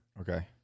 Okay